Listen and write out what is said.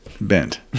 bent